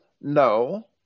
No